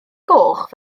goch